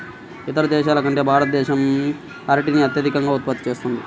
ఇతర దేశాల కంటే భారతదేశం అరటిని అత్యధికంగా ఉత్పత్తి చేస్తుంది